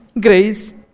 grace